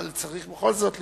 אבל צריך בכל זאת להתחשב.